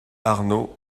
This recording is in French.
arnaud